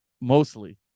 mostly